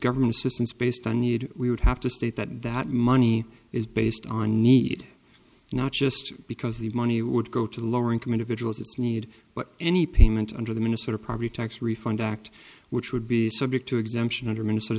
government assistance based on need we would have to state that that money is based on need not just because the money would go to the lower income individuals it's need but any payment under the minnesota property tax refund act which would be subject to exemption under minnesota